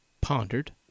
Pondered